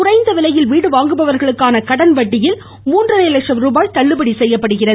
குறைந்த விலை வீடு வாங்குபவர்களுக்கான கடன் வட்டியில் மூன்றரை லட்சம் ருபாய் தள்ளுபடி செய்யப்படுகிறது